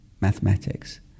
Mathematics